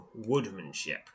woodmanship